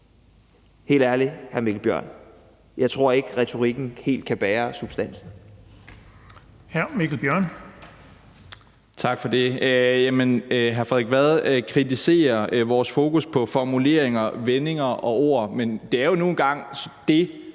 Helt ærligt, hr. Mikkel Bjørn: Jeg tror ikke, at retorikken helt kan bære substansen.